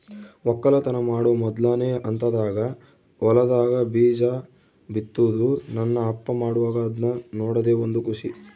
ವಕ್ಕಲತನ ಮಾಡೊ ಮೊದ್ಲನೇ ಹಂತದಾಗ ಹೊಲದಾಗ ಬೀಜ ಬಿತ್ತುದು ನನ್ನ ಅಪ್ಪ ಮಾಡುವಾಗ ಅದ್ನ ನೋಡದೇ ಒಂದು ಖುಷಿ